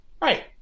right